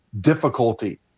difficulty